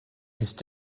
ist